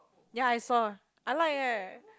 ya I saw I like eh